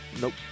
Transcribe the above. Nope